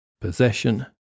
Possession